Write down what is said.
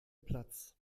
platz